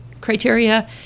criteria